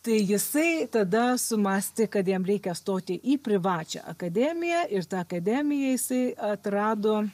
tai jisai tada sumąstė kad jam reikia stoti į privačią akademiją ir tą akademiją jisai atrado